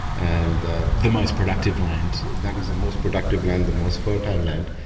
and the the most productive land? that is the most productive land, the most fertile land.